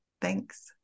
Thanks